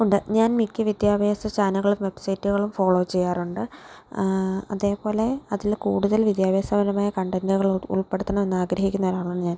ഉണ്ട് ഞാൻ മിക്ക വിദ്യാഭ്യാസ ചാനലുകളും വെബ്സൈറ്റുകളും ഫോളോ ചെയ്യാറുണ്ട് അതേപോലെ അതില് കൂടുതൽ വിദ്യാഭ്യാസപരമായ കണ്ടൻറുകൾ ഉൾപ്പെടുത്തണമെന്ന് ആഗ്രഹിക്കുന്ന ഒരാളാണ് ഞാൻ